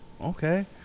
okay